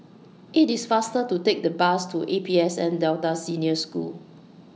IT IS faster to Take The Bus to A P S N Delta Senior School